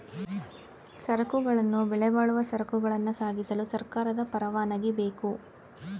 ಸರಕುಗಳನ್ನು ಬೆಲೆಬಾಳುವ ಸರಕುಗಳನ್ನ ಸಾಗಿಸಲು ಸರ್ಕಾರದ ಪರವಾನಗಿ ಬೇಕು